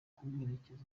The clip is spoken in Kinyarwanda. kumuherekeza